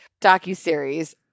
docuseries